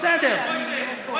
הרב משה, בוא נחליף.